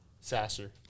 Sasser